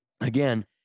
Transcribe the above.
again